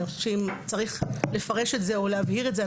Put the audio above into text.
אני חושבת שאם צריך לפרש את זה או להבהיר את זה,